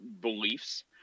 beliefs